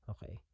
Okay